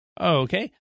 Okay